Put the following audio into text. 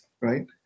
right